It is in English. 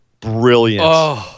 Brilliant